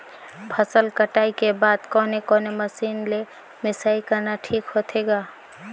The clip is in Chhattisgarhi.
फसल कटाई के बाद कोने कोने मशीन ले मिसाई करना ठीक होथे ग?